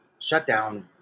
shutdown